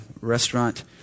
restaurant